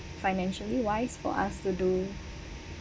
financially wise for us to do